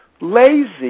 Lazy